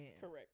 correct